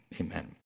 amen